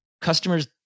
Customers